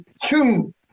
two